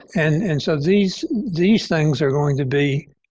and and so, these these things are going to be